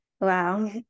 wow